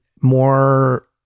more